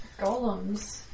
golems